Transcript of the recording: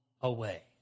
away